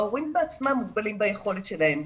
ההורים בעצמם מוגבלים ביכולת שלהם.